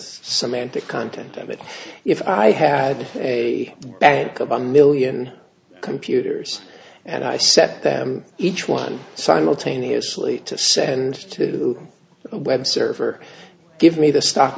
semantic content of it if i had a bank of a million computers and i set them each one simultaneously to send to the web server give me the stock